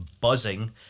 buzzing